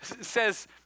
says